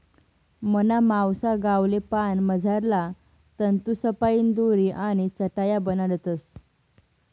मना मावसा गावले पान मझारला तंतूसपाईन दोरी आणि चटाया बनाडतस